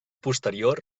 posterior